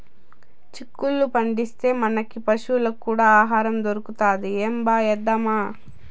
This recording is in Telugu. చిక్కుళ్ళు పండిస్తే, మనకీ పశులకీ కూడా ఆహారం దొరుకుతది ఏంబా ఏద్దామా